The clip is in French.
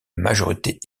majorité